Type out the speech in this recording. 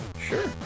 Sure